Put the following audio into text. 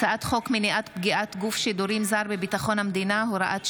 הצעת חוק מניעת פגיעת גוף שידורים זר בביטחון המדינה (הוראת שעה,